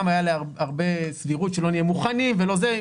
הייתה הרבה סבירות שלא נהיה מוכנים ולא זה,